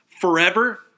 forever